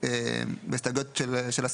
הסביבה.